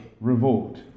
revolt